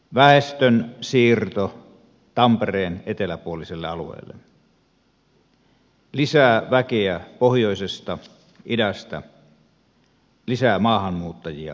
väestön siirto tampereen eteläpuoliselle alueelle lisää väkeä pohjoisesta idästä lisää maahanmuuttajia tälle alueelle